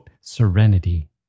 serenity